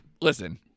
listen